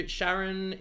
Sharon